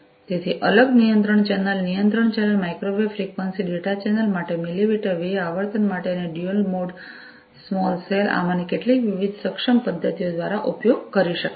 તેથી અલગ નિયંત્રણ ચેનલ નિયંત્રણ channel microwave frequency data channel માટે મિલિમીટર વેવ આવર્તન માટે અને ડ્યુઅલ મોડ સ્મોલ સેલ આમાંની કેટલીક વિવિધ સક્ષમ પદ્ધતિઓ દ્વારા ઉપયોગ કરી શકાય છે